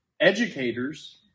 educators